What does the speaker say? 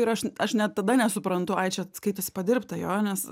ir aš aš net tada nesuprantu ai čia skaitosi padirbta jo nes